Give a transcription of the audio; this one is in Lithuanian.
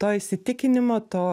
to įsitikinimo to